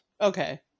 Okay